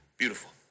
Beautiful